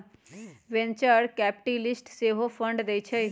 venture capitalist सेहो fund देइ छइ